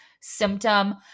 symptom